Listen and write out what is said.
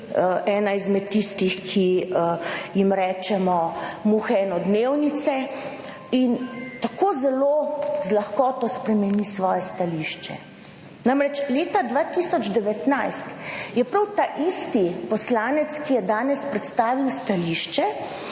ena izmed tistih, ki jim rečemo muhe enodnevnice in tako zelo z lahkoto spremeni svoje stališče. Namreč leta 2019 je prav ta isti poslanec, ki je danes predstavil stališče,